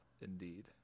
indeed